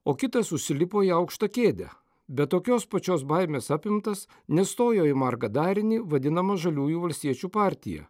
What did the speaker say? o kitas užsilipo į aukštą kėdę bet tokios pačios baimės apimtas nestojo į margą darinį vadinamą žaliųjų valstiečių partija